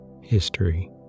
history